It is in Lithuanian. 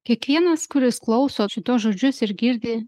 kiekvienas kuris klauso šituos žodžius ir girdi